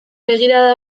begirada